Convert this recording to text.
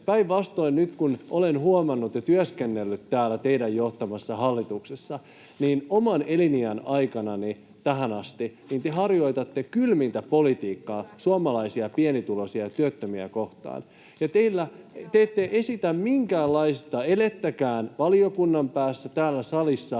Päinvastoin nyt kun olen työskennellyt täällä teidän johtamassanne hallituksessa, niin te harjoitatte oman tähänastisen elinikäni kylmintä politiikkaa suomalaisia pienituloisia ja työttömiä kohtaan, ja te ette esitä minkäänlaista elettäkään valiokunnan päässä tai täällä salissa,